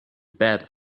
bet